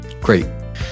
Great